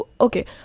okay